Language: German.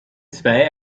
zwei